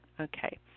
Okay